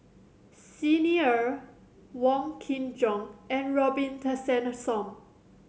Xi Ni Er Wong Kin Jong and Robin Tessensohn